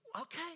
okay